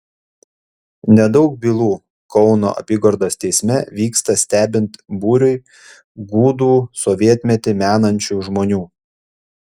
nedaug bylų kauno apygardos teisme vyksta stebint būriui gūdų sovietmetį menančių žmonių